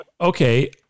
okay